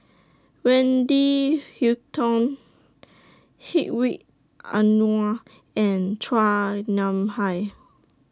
Wendy Hutton Hedwig Anuar and Chua Nam Hai